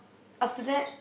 after that